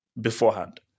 beforehand